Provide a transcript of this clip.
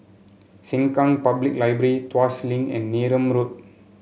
Sengkang Public Library Tuas Link and Neram Road